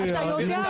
אתה יודע את זה היטב.